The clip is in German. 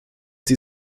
sie